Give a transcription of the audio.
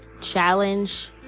challenge